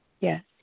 Yes